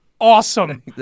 Awesome